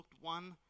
one